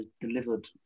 delivered